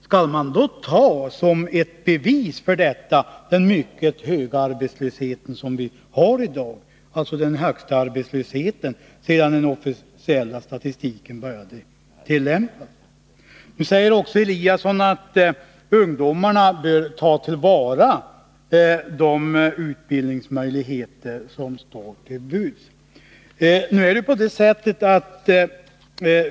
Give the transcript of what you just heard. Skall man som ett bevis för detta ta den höga arbetslöshet som vi har i dag, den högsta arbetslösheten sedan den officiella statistiken började tillämpas? Ingemar Eliasson säger också att ungdomarna bör ta till vara de utbildningsmöjligheter som står till buds.